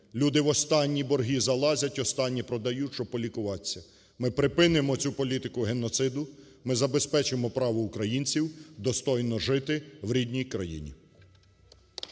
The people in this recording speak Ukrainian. Люди в останні борги залазять, останнє продають, щоб полікуватися. Ми припинимо цю політику геноциду, ми забезпечимо право українців достойно жити в рідній країні.